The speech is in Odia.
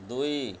ଦୁଇ